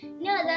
No